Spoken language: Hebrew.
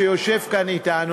שיושב כאן אתנו,